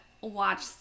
watch